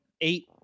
eight